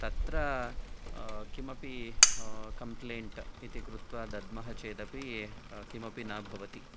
तत्र किमपि कम्प्लैन्ट् इति कृत्वा दद्मः चेदपि किमपि न भवति